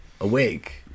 awake